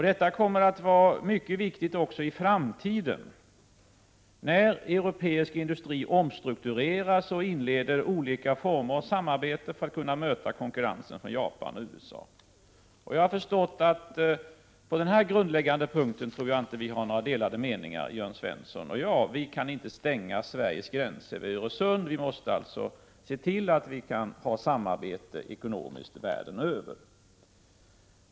Detta kommer att vara mycket viktigt också i framtiden, när europeisk industri omstruktureras och inleder olika former av samarbete för att kunna möta konkurrensen från Japan och USA. I fråga om denna grundläggande punkt tror jag inte att Jörn Svensson och jag har några delade meningar. Vi kan inte stänga Sveriges gränser vid Öresund utan måste se till att vi kan ha samarbete ekonomiskt världen över.